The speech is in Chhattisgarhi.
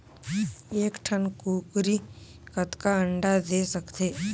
एक ठन कूकरी कतका अंडा दे सकथे?